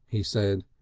he said,